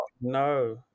no